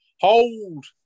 hold